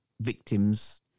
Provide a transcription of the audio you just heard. victims